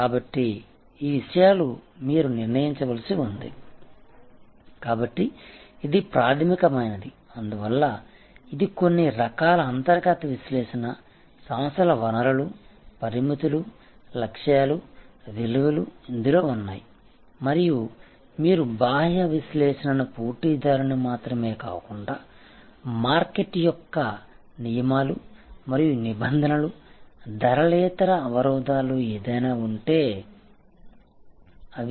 కాబట్టి ఈ విషయాలు మీరు నిర్ణయించవలసి ఉంది కాబట్టి ఇది ప్రాథమికమైనది అందువల్ల ఇది కొన్ని రకాల అంతర్గత విశ్లేషణ సంస్థల వనరులు పరిమితులు లక్ష్యాలు విలువలు ఇందులో ఉన్నాయి మరియు మీరు బాహ్య విశ్లేషణను పోటీదారుని మాత్రమే కాకుండా మార్కెట్ యొక్క నియమాలు మరియు నిబంధనలు ధరలేతర అవరోధాలు ఏదైనా ఉంటే అవి